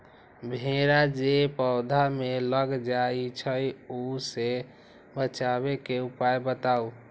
भेरा जे पौधा में लग जाइछई ओ से बचाबे के उपाय बताऊँ?